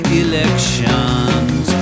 elections